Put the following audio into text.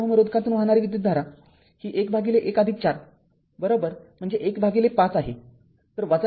तर ४ Ω रोधकातून वाहणारी विद्युतधारा ही ११४ म्हणजे १५ आहे